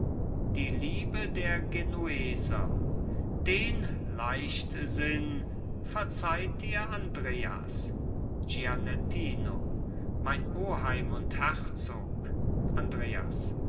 die liebe der genueser den leichtsinn verzeiht dir andreas gianettino mein oheim und herzog andreas